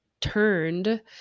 turned